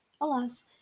Alas